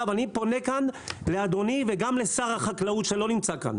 אני פונה כאן לאדוני וגם לשר החקלאות שלא נמצא כאן